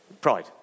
Pride